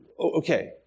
Okay